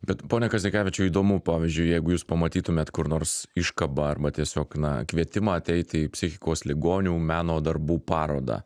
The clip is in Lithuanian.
bet pone kazakevičiau įdomu pavyzdžiui jeigu jūs pamatytumėt kur nors iškabą arba tiesiog na kvietimą ateiti psichikos ligonių meno darbų parodą